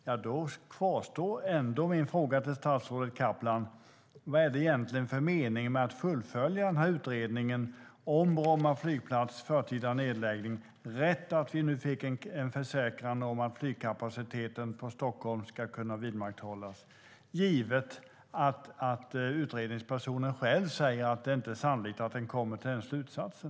Därför kvarstår min fråga till statsrådet Kaplan: Vad är det egentligen för mening med att fullfölja den här utredningen om Bromma flygplats förtida nedläggning, givet den försäkran vi nu fick om att flygkapaciteten från och till Stockholm ska kunna vidmakthållas, när förhandlingspersonen själv säger att det inte är sannolikt att han kommer till den slutsatsen?